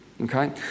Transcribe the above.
Okay